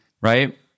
right